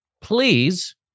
Please